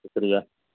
شکریہ